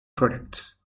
products